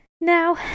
Now